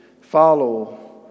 follow